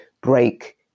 break